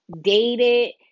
dated